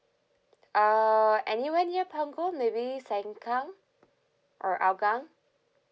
uh anywhere near punggol maybe sengkang or hougang